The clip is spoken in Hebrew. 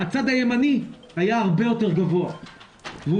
הצד הימני היה הרבה יותר גבוה והוא